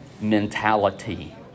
mentality